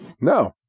No